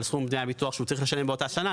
סכום דמי הביטוח שהוא צריך לשלם באותה השנה.